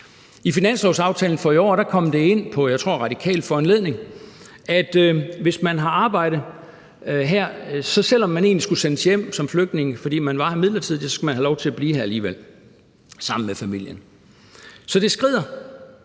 I finanslovsaftalen for i år kom det ind, jeg tror på radikal foranledning, at hvis man havde arbejde her, så skulle man – selv om man som flygtning egentlig skulle sendes hjem, fordi man var her midlertidigt – have lov til at blive her alligevel, sammen med familien. Så det skrider.